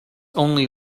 only